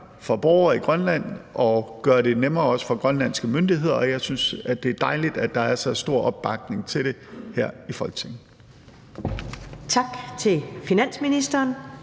for borgere i Grønland og gøre det nemmere, også for grønlandske myndigheder, og jeg synes, at det er dejligt, at der er så stor opbakning til det her i Folketinget. Kl. 10:23 Første